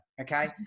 okay